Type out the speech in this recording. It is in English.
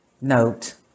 note